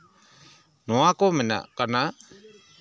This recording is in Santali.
ᱱᱚᱣᱟ ᱠᱚ ᱢᱮᱱᱟᱜ ᱠᱟᱫᱟ